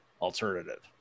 alternative